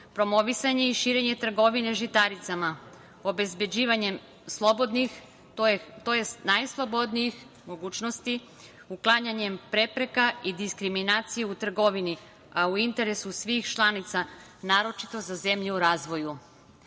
promovisanje i širenje trgovine žitaricama obezbeđivanjem slobodnih, tj. najslobodnijih mogućnosti uklanjanjem prepreka i diskriminacija u trgovini a u interesu svih članica, naročito za zemlje u razvoju;